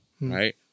right